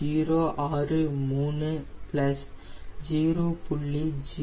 0154 0